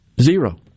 Zero